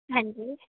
ਹਾਂਜੀ